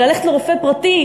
וללכת לרופא פרטי.